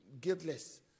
guiltless